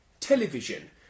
Television